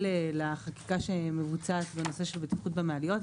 לחקיקה שמבוצעת בנושא של בטיחות במעליות,